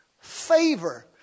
favor